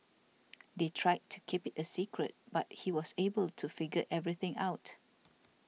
they tried to keep it a secret but he was able to figure everything out